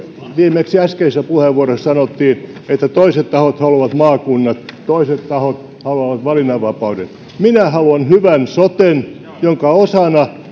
viimeksi äskeisessä puheenvuorossa sanottiin että toiset tahot haluavat maakunnat toiset tahot haluavat valinnanvapauden minä haluan hyvän soten jonka osana